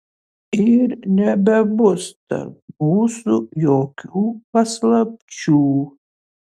ir nebebus tarp mūsų jokių paslapčių